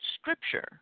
scripture